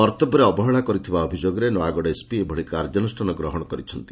କର୍ଭବ୍ୟରେ ଅବହେଳା କରିଥିବା ଅଭିଯୋଗରେ ନୟାଗଡ଼ ଏସପି ଏଭଳି କାର୍ଯ୍ୟନୁଷ୍ଠାନ ଗ୍ରହଶ କରିଛନ୍ତି